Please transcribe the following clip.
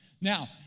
Now